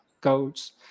goats